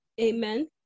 Amen